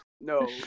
no